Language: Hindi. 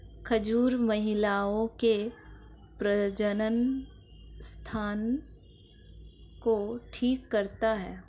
खजूर महिलाओं के प्रजननसंस्थान को ठीक करता है